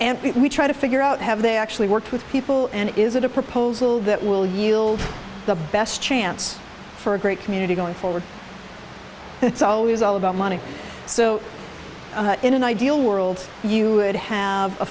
and we try to figure out have they actually worked with people and is it a proposal that will yield the best chance for a great community going forward it's always all about money so in an ideal world you would have a